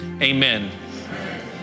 amen